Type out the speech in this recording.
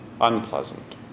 unpleasant